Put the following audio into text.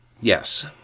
yes